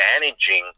managing